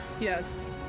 Yes